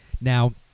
Now